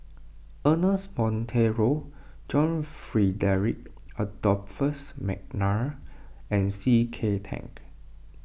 Ernest Monteiro John Frederick Adolphus McNair and C K Tang